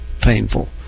painful